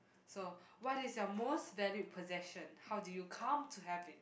so what is your most valued possession how do you come to have it